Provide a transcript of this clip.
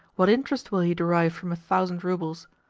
what interest will he derive from a thousand roubles?